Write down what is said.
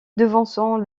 devançant